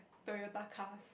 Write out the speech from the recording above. Toyota cars